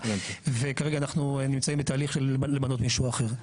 וכרגע אנחנו נמצאים בתהליך של למנות מישהו אחר.